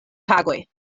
tagoj